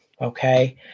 okay